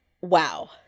wow